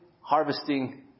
harvesting